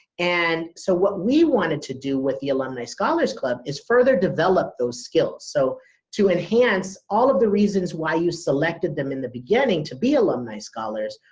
and so what we wanted to do with the alumni scholars club is further develop those skills. so to enhance all of the reasons why you selected them in the beginning to be alumni scholars,